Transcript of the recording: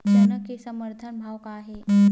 चना के समर्थन भाव का हे?